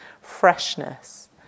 freshness